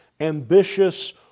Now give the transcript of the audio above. ambitious